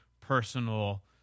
personal